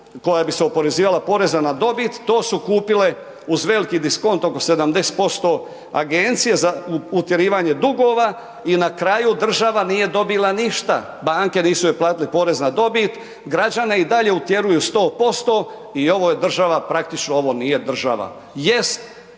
koja bi se oporezivala poreza na dobit, to su kupile uz veliki diskont oko 70% Agencije za utjerivanje dugova i na kraju država nije dobila ništa, banke joj nisu platile porez na dobit, građane i dalje utjeruju 100% i ovo je država praktično, ovo nije država.